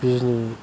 बिजनि